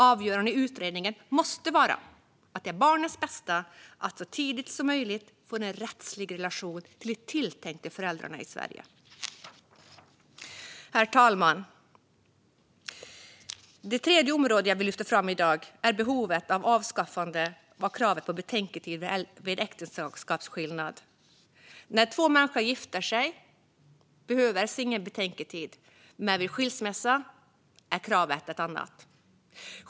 Avgörande i utredningen måste vara att barnets bästa är att så tidigt som möjligt få en rättslig relation till de tilltänkta föräldrarna i Sverige. Herr talman! Det tredje området som jag vill lyfta fram i dag är behovet av att avskaffa kravet på betänketid vid äktenskapsskillnad. När två människor gifter sig behövs ingen betänketid, men vid skilsmässa är kravet ett annat.